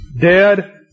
dead